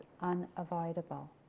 unavoidable